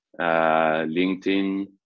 LinkedIn